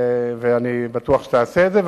ואני בטוח שתעשה את זה.